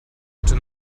bitte